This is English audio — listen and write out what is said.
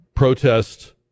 protest